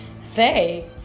say